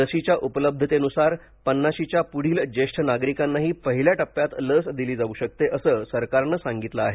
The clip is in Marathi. लशीच्या उपलब्धतेनुसार पन्नाशीच्या पुढील ज्येष्ठ नागरिकांनाही पहिल्या टप्प्यात लस दिली जाऊ शकते असं सरकारनं सांगितलं आहे